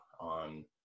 on